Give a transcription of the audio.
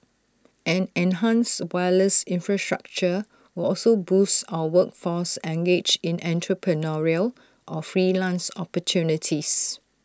an enhanced wireless infrastructure will also boost our workforce engaged in entrepreneurial or freelance opportunities